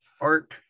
art